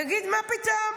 יגיד: מה פתאום?